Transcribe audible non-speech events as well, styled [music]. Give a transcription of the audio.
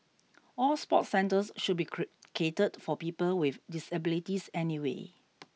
all sport centres should be [unintelligible] catered for people with disabilities anyway